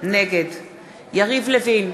נגד יריב לוין,